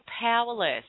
powerless